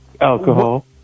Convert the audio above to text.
Alcohol